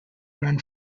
run